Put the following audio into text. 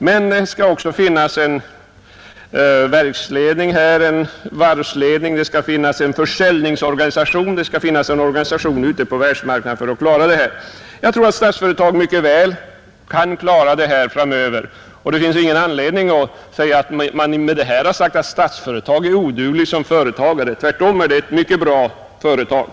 Men det skall också finnas en varvsledning, en försäljningsorganisation och en organisaton ute på världsmarknaden, Jag tror att Statsföretag mycket väl kan klara denna uppgift framöver, och det finns ingen anledning att göra gällande att vi med detta har sagt att Statsföretag är odugligt. Tvärtom är det ett mycket bra företag.